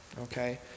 okay